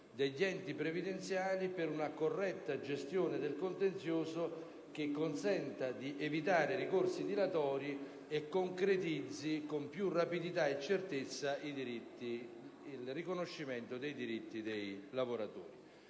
degli enti previdenziali per una corretta gestione del contenzioso che consenta di evitare ricorsi dilatori e concretizzi con più rapidità e certezza il riconoscimento dei diritti dei lavoratori.